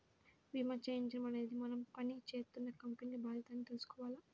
భీమా చేయించడం అనేది మనం పని జేత్తున్న కంపెనీల బాధ్యత అని తెలుసుకోవాల